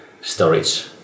storage